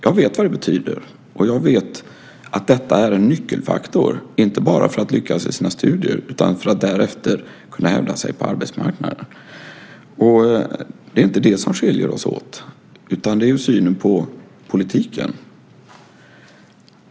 Jag vet vad det betyder, och jag vet att detta är en nyckelfaktor inte bara för att lyckas i sina studier utan också för att därefter kunna hävda sig på arbetsmarknaden. Det som skiljer oss åt är synen på politiken.